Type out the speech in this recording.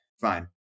fine